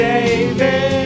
David